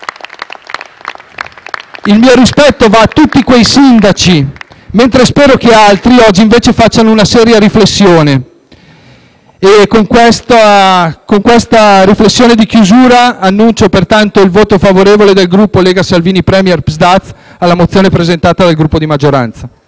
Il mio rispetto va a tutti quei sindaci, mentre spero che altri oggi, invece, facciano una seria riflessione. Con questa riflessione di chiusura dichiaro il voto favorevole del Gruppo Lega-Salvini Premier*-*Partito Sardo d'Azione alla mozione presentata dai Gruppi di maggioranza.